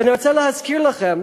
ואני רוצה להזכיר לכם